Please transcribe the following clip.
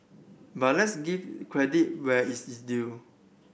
but let's give credit where is is due